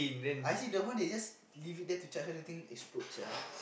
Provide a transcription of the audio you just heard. I see the one they just leave it there to charge then the thing explode sia